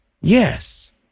yes